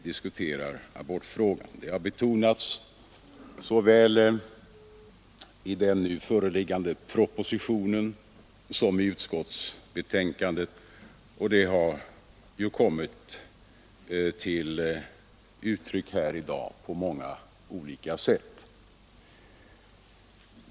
Det har betonats såväl i den nu föreliggande propositionen som i utskottsbetänkandet, och det har kommit till uttryck i dag på många olika sätt.